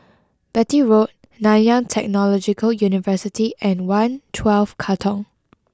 Beatty Road Nanyang Technological University and one twelve Katong